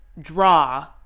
draw